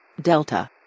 Delta